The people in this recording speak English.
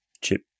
chip